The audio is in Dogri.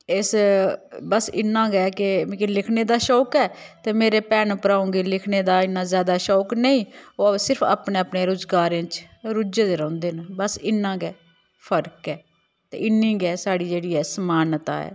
इस बस इन्ना गै के मिकी लिखने दा शौक ऐ ते मेरे भैनू भ्राऊ गी लिखने दा इन्ना ज्यादा शौक नेईं ओह् सिर्फ अपने अपने रोज़गारें च रुज्झे दे रौंह्दे न बस इन्ना गै फर्क ऐ ते इन्नी गै साढ़ी जेह्ड़ी ऐ समानता ऐ